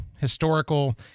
historical